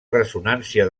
ressonància